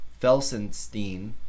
Felsenstein